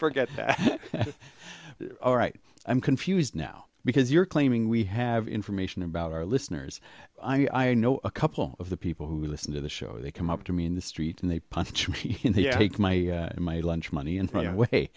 forget all right i'm confused now because you're claiming we have information about our listeners i know a couple of the people who listen to the show they come up to me in the street and they punch me take my lunch money and run away